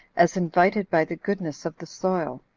as invited by the goodness of the soil,